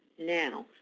now,